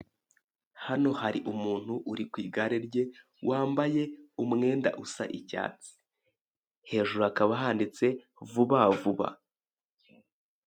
Hano hari umuntu uri ku igare rye, wambaye umwenda usa icyatsi. Hejuru hakaba handitse vuba vuba.